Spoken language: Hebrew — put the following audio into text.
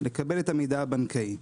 לקבל את המידע הבנקאי.